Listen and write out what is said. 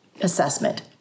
assessment